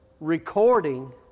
recording